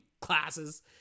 classes